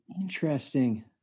Interesting